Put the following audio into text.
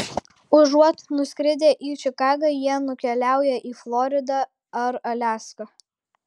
užuot nuskridę į čikagą jie nukeliauja į floridą ar aliaską